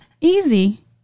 Easy